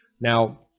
Now